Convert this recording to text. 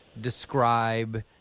describe